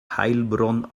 heilbronn